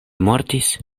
mortis